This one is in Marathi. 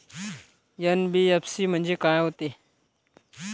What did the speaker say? एन.बी.एफ.सी म्हणजे का होते?